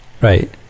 right